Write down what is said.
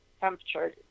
temperature